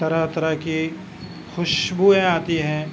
طرح طرح کی خوشبوئیں آتی ہیں